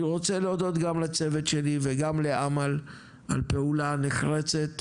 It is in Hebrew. אני רוצה להודות גם לצוות שלי וגם לאמל על פעולה נחרצת,